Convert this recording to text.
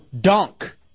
dunk